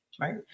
right